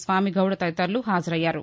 స్వామిగౌడ్ తదితరులు హాజరయ్యారు